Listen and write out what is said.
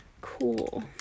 Cool